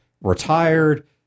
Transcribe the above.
retired